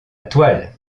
toile